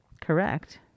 Correct